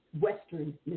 Western